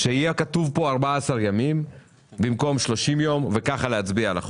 שיהיה כתוב פה 14 ימים במקום 30 יום וככה להצביע על החוק.